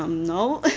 um no.